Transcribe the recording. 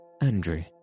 Andrew